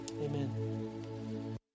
Amen